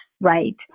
right